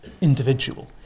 individual